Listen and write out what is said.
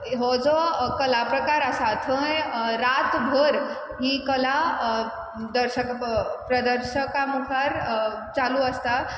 हो जो कला प्रकार आसा थंय रातभर ही कला दर्शक प्रदर्शकां मुखार चालू आसता